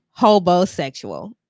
hobosexual